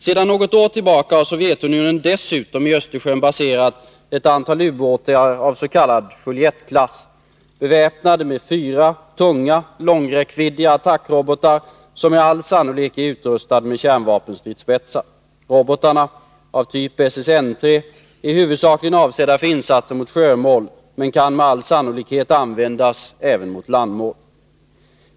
Sedan något år tillbaka har Sovjetunionen dessutom i Östersjön baserat ett antal ubåtar av s.k. Juliettklass, beväpnade med fyra tunga långräckviddiga attackrobotar som med all sannolikhet är utrustade med kärnvapenstridsspetsar. Robotarna, av typ SSN 3, är huvudsakligen avsedda för insatser mot sjömål, men kan med all sannolikhet användas även mot landmål.